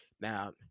Now